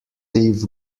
thief